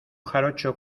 jarocho